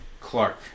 Clark